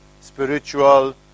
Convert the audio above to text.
spiritual